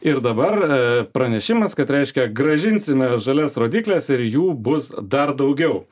ir dabar pranešimas kad reiškia grąžinsime žalias rodykles ir jų bus dar daugiau